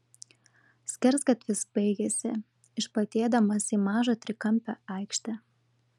skersgatvis baigėsi išplatėdamas į mažą trikampę aikštę